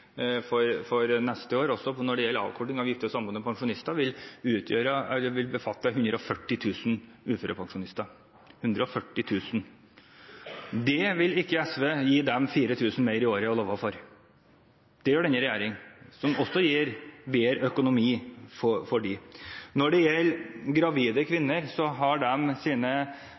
for neste år, vil omfatte 140 000 uførepensjonister – 140 000. Dem vil ikke SV gi 4 000 kr mer i året å leve for – det gjør denne regjeringen. Det er noe som gir dem bedre økonomi. Når det gjelder gravide